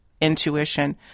intuition